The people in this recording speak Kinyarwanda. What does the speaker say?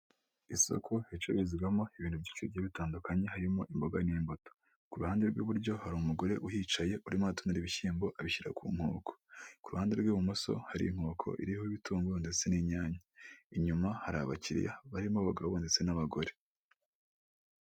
Isoko cururizwamo ibintu byinshi bigiye bitandukanye harimo imboga n'imbuto, ku ruhande rw'iburyo hari umugore uhicaye urimo atu n'ibishyimbo abishyira ku nkoko, ku ruhande rw'ibumoso hari inkoko iriho bitungo ndetse n'inyanya, inyuma hari abakiriya barimo abagabo ndetse n'abagore.